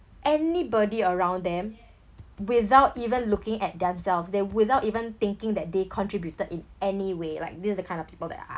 anybody around them without even looking at themselves they without even thinking that they contributed in any way like this is the kind of people that I